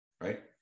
right